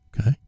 Okay